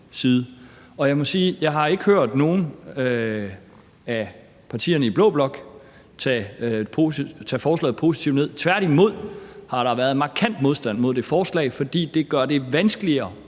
side. Og jeg må sige, at jeg ikke har hørt nogen af partierne i blå blok tage forslaget positivt ned, tværtimod har der været markant modstand mod det forslag, fordi det gør det vanskeligere